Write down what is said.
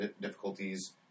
difficulties